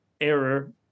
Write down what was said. error